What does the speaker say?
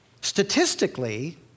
Statistically